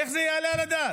איך זה יעלה על הדעת?